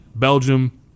belgium